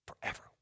forever